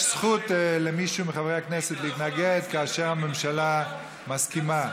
יש זכות למישהו מחברי הכנסת להתנגד כאשר הממשלה מסכימה.